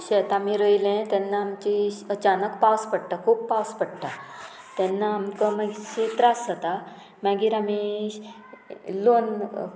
शेत आमी रोयलें तेन्ना आमची अचानक पावस पडटा खूब पावस पडटा तेन्ना आमकां मातशी त्रास जाता मागीर आमी लोन